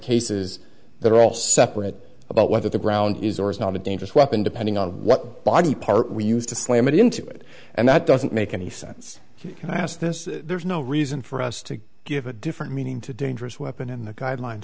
cases they're all separate about whether the ground is or is not a dangerous weapon depending on what body part we use to slam it into it and that doesn't make any sense you can ask this there's no reason for us to give a different meaning to dangerous weapon in the guidelines